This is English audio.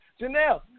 Janelle